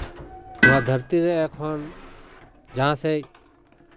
ᱱᱚᱶᱟ ᱫᱷᱟᱹᱨᱛᱤ ᱨᱮ ᱮᱠᱷᱚᱱ ᱡᱟᱦᱟᱸ ᱥᱮᱫ